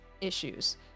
issues